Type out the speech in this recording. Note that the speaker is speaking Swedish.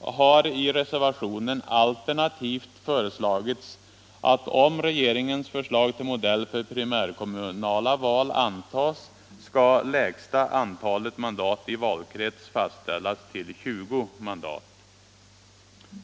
har i reservationen alternativt föreslagits, att om regeringens förslag till modell för primärkommunala val antas, skall lägsta antalet mandat i valkrets fastställas till 20 mandat.